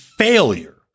failure